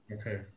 Okay